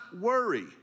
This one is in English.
worry